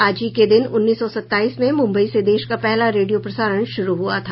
आज ही के दिन उन्नीस सौ सताईस में मुंबई से देश का पहला रेडियो प्रसारण शुरू हुआ था